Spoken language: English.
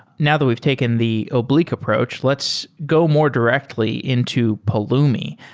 now that we've taken the oblique approach, let's go more directly into pulumi.